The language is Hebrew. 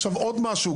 עוד משהו,